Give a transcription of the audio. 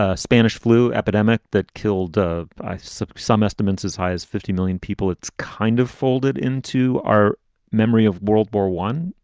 ah spanish flu epidemic that killed. ah i saw some estimates as high as fifty million people. it's kind of folded into our memory of world war one.